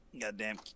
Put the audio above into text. Goddamn